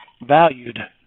valued